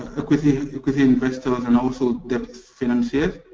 equity investors and also debt financiers.